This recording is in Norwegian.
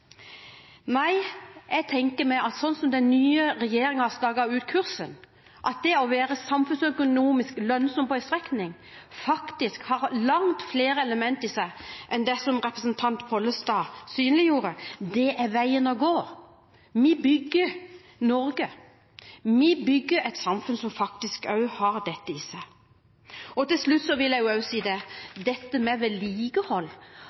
Nei, jeg tenker meg, sånn som den nye regjeringen har staket ut kursen, at det å være samfunnsøkonomisk lønnsom på en strekning faktisk har langt flere elementer i seg enn det som representant Pollestad synliggjorde. Det er veien å gå. Vi bygger Norge. Vi bygger et samfunn som faktisk også har dette i seg. Til slutt vil jeg si om vedlikehold: Hadde den rød-grønne regjeringen fortsatt i 2013, kan det jo